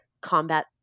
combat